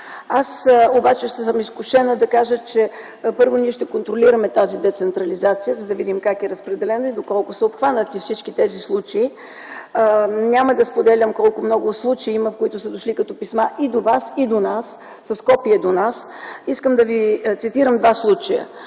Аз обаче съм изкушена да кажа, че първо, ние ще контролираме тази децентрализация, за да видим как е разпределена и доколко са обхванати всички тези случаи. Няма да споделям колко много случаи има, които са дошли като писма и до Вас, и до нас – с копие до нас. Искам да Ви цитирам два случая: